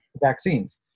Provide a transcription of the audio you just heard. vaccines